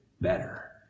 better